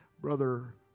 Brother